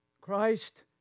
Christ